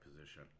position